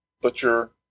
Butcher